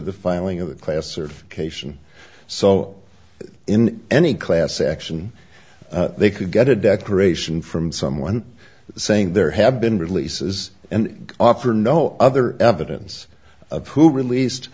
the filing of the class or cation so in any class action they could get a declaration from someone saying there have been releases and offer no other evidence of who released